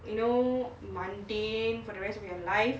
you know mundane for the rest of your life